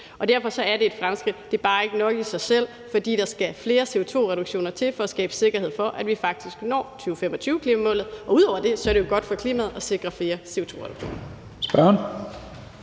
og derfor er det et fremskridt. Det er bare ikke nok i sig selv, for der skal flere CO2-reduktioner til for at skabe sikkerhed for, at vi faktisk når 2025-klimamålet. Ud over det er det jo godt for klimaet at sikre flere CO2-reduktioner.